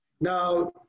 Now